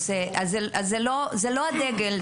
אז זה לא הדגל,